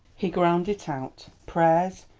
he ground it out, prayers,